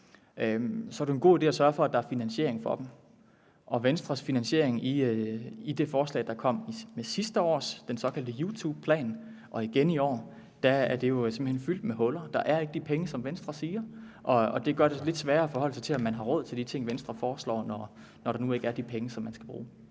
er det jo en god idé at sørge for, at der er finansiering for dem. Og Venstres finansiering i det forslag, der kom sidste år, den såkaldte youtubeplan, og i det, der kom igen i år, er fuld af huller, der er ikke de penge, som Venstre siger der er, og det gør det lidt sværere at forholde sig til, om man har råd til de ting, Venstre foreslår, når der nu ikke er de penge, som man skal bruge.